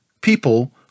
People